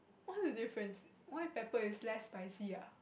what are difference white pepper is less spicy ah